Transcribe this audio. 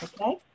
okay